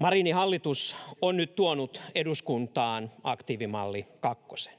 Marinin hallitus on nyt tuonut eduskuntaan aktiivimalli kakkosen.